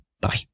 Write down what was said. Bye